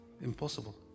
impossible